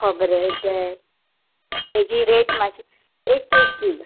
खोबरेल तेजी रेट मातशी एक एक कील